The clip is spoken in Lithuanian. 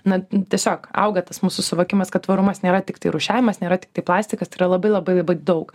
na tiesiog auga tas mūsų suvokimas kad tvarumas nėra tiktai rūšiavimas nėra tiktai plastikas tai yra labai labai labai daug